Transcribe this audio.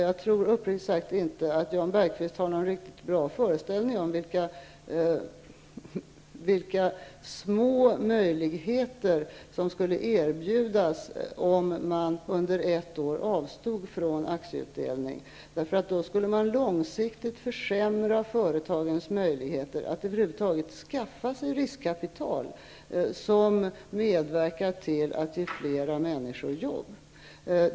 Jag tror uppriktigt sagt inte att Jan Bergqvist har någon riktigt bra föreställning om vilka små möjligheter som skulle erbjudas om man under ett år avstod från aktieutdelning. Då skulle man långsiktigt försämra företagens möjligheter att över huvud taget skaffa sig riskkapital, som medverkar till att ge fler människor jobb.